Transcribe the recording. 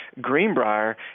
Greenbrier